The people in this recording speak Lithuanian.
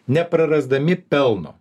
neprarasdami pelno